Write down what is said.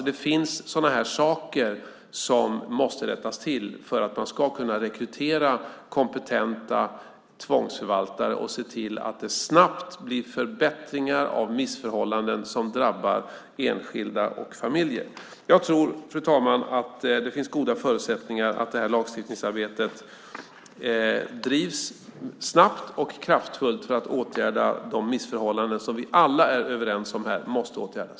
Det finns saker som måste rättas till för att man ska kunna rekrytera kompetenta tvångsförvaltare och se till att det snabbt blir förbättringar av missförhållanden som drabbar enskilda och familjer. Fru talman! Det finns goda förutsättningar för att detta lagstiftningsarbete ska drivas snabbt och kraftfullt för att åtgärda de missförhållanden som vi alla är överens om måste åtgärdas.